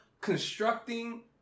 constructing